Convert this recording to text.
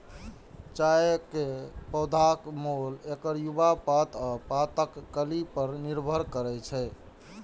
चायक पौधाक मोल एकर युवा पात आ पातक कली पर निर्भर करै छै